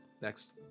next